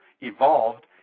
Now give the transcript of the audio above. evolved